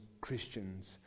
Christians